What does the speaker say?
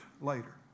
later